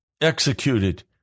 executed